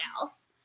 else